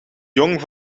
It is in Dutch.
jong